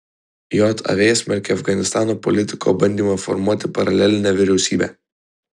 jav smerkia afganistano politiko bandymą formuoti paralelinę vyriausybę